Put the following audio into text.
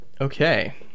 Okay